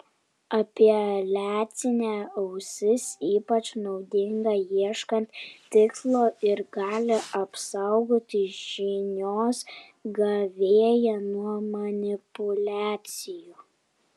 apeliacinė ausis ypač naudinga ieškant tikslo ir gali apsaugoti žinios gavėją nuo manipuliacijų